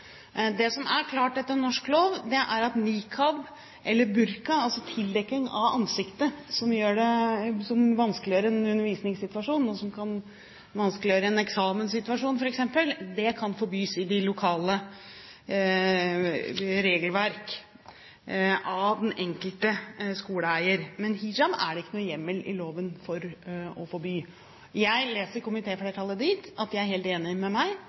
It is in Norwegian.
Det som er klart etter norsk lov, er at niqab eller burka – altså tildekking av ansiktet som vanskeliggjør en undervisningssituasjon, og som kan vanskeliggjøre en eksamenssituasjon f.eks. – kan forbys i de lokale regelverk av den enkelte skoleeier. Men hijab er det ikke noen hjemmel i loven for å forby. Jeg leser komitéflertallet dit at de er helt enige med meg,